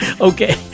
Okay